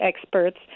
experts